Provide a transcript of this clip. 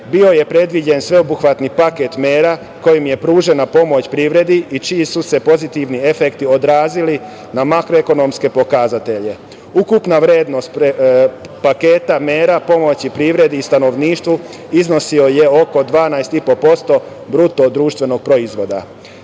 Bio je predviđen sveobuhvatni paket mera kojim je pružena pomoć privredi i čiji su se pozitivni efekti odrazili na makroekonomske pokazatelje. Ukupna vrednost paketa mera pomoći privredi i stanovništvu iznosila je oko 12,5% BDP.Svi mi znamo da